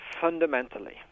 fundamentally